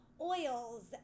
oils